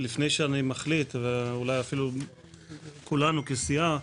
לפני שאחליט, ואולי כולנו כסיעה,